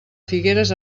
figueres